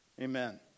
amen